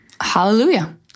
hallelujah